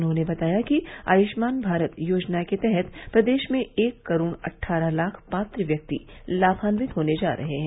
उन्होंने बताया कि आयुष्मान भारत योजना के तहत प्रदेश में एक करोड़ अट्ठारह लाख पात्र व्यक्ति लाभान्वित होने जा रहे हैं